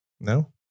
No